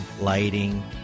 lighting